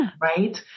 right